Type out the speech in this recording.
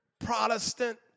Protestant